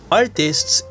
artists